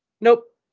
nope